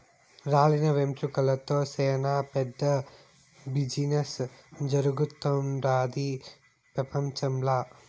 రాలిన వెంట్రుకలతో సేనా పెద్ద బిజినెస్ జరుగుతుండాది పెపంచంల